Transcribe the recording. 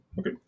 Okay